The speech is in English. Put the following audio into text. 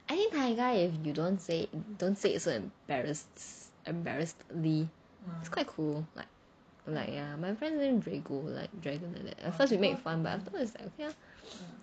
I think taiga if you don't say it don't say it so embarass~ embarrassingly it's quite cool like ya my friend name drago like dragon like that at first we made fun but afterwards like okay lah